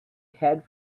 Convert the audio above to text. head